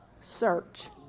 search